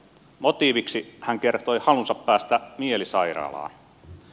motiiviksi hän kertoi halunsa päästä mielisairaalaan